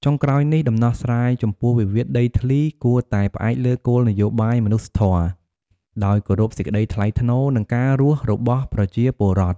ចុងក្រោយនេះ ដំណោះស្រាយចំពោះវិវាទដីធ្លីគួរតែផ្អែកលើគោលនយោបាយមនុស្សធម៌ ដោយគោរពសេចក្តីថ្លៃថ្នូរនិងការរស់របស់ប្រជាពលរដ្ឋ។